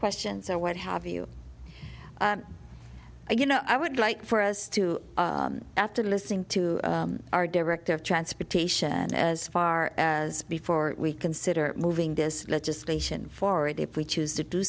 questions or what have you you know i would like for us to after listening to our director of transportation as far as before we consider moving this legislation forward if we choose to do